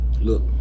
Look